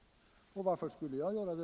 Och varför skulle då jag göra det?